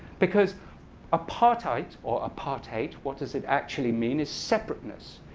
because apartheid, or apartheid, what does it actually mean is separateness.